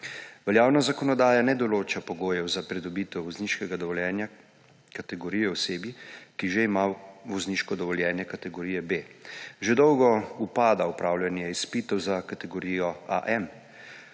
Veljavna zakonodaja ne določa pogojev za pridobitev vozniškega dovoljenja kategorijo osebi, ki že ima vozniško dovoljenje kategorije B. Že dolgo upada upravljanje izpitov za kategorijo AM,